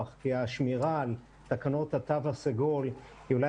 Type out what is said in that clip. כי השמירה על תקנות התו הסגול היא אולי